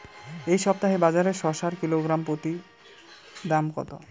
এই সপ্তাহে বাজারে শসার কিলোগ্রাম প্রতি দাম কত?